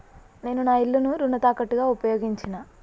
నేను నా ఇల్లును రుణ తాకట్టుగా ఉపయోగించినా